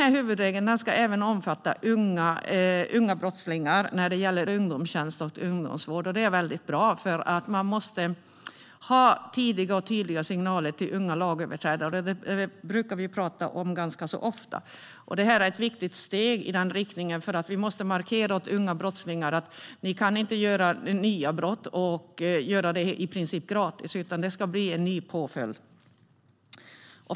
Denna huvudregel ska även omfatta unga brottslingar när det gäller ungdomstjänst och ungdomsvård, och det är väldigt bra. Man måste nämligen ha tidiga och tydliga signaler till unga lagöverträdare - det brukar vi prata om ganska ofta. Detta är ett viktigt steg i den riktningen. Vi måste markera för unga brottslingar att de inte kan göra nya brott i princip gratis, utan det ska bli en ny påföljd.